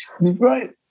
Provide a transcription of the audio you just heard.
Right